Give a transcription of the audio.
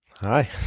Hi